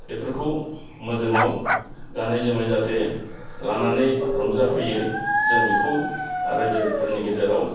बेफोरखौ मोदोमाव गानै जोमै जाहाथे लानानै रंजाफैयो जों बेखौ रायजोफोरनि गेजेराव